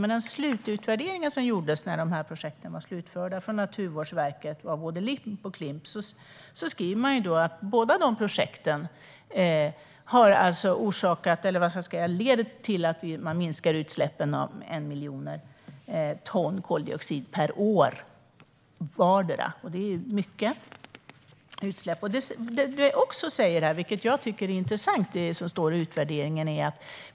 Men i den slututvärdering som Naturvårdsverket gjorde av både LIP och Klimp när de projekten var slutförda står det att projekten har lett till en minskning av utsläpp av koldioxid med 1 miljon ton per år, vardera. Det är mycket utsläpp. Det står också något annat i utvärderingen som jag tycker är intressant.